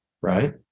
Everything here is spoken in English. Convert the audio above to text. right